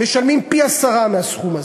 משלמים פי-עשרה מהסכום הזה.